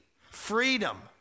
Freedom